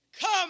Come